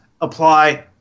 apply